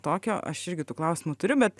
tokio aš irgi tų klausimų turiu bet